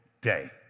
day